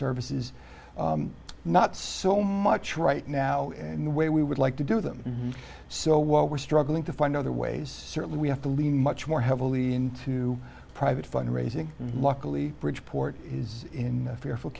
services not so much right now in the way we would like to do them so what we're struggling to find other ways certainly we have to lean much more heavily into private fund raising luckily bridgeport is in fairfield